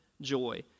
joy